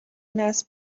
نصب